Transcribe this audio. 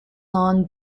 lawn